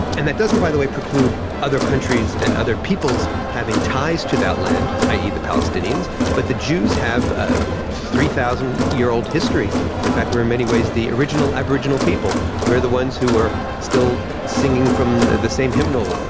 and that doesn't, by the way, preclude other countries and other peoples having ties to that land, i. e. the palestinians, but the jews have a three thousand year old history, and in fact we are in many ways the original aboriginal people, we are the ones who are still singing from the the same hymnal, ah